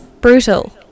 brutal